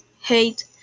hate